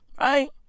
right